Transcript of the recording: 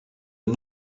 are